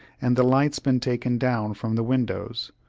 and the lights been taken down from the windows,